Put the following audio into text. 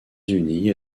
unis